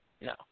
no